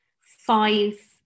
five